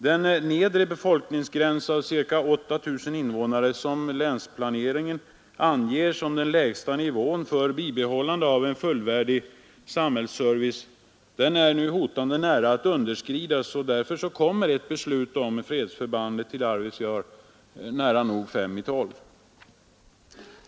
Den nedre befolkningsgräns av ca 8 000 invånare som länsplaneringen anger som lägsta nivån för bibehållande av en fullvärdig samhällsservice, är nu hotande nära att underskridas. Därför kommer ett beslut om fredsförband i Arvidsjaur nära nog fem i tolv.